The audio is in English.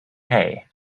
hay